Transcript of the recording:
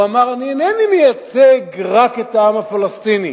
הוא אמר: אני אינני מייצג רק את העם הפלסטיני,